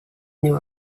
new